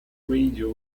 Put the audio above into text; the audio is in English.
radio